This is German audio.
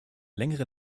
längere